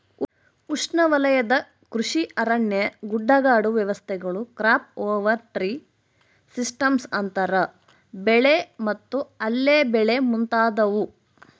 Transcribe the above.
ಉಷ್ಣವಲಯದ ಕೃಷಿ ಅರಣ್ಯ ಗುಡ್ಡಗಾಡು ವ್ಯವಸ್ಥೆಗಳು ಕ್ರಾಪ್ ಓವರ್ ಟ್ರೀ ಸಿಸ್ಟಮ್ಸ್ ಅಂತರ ಬೆಳೆ ಮತ್ತು ಅಲ್ಲೆ ಬೆಳೆ ಮುಂತಾದವು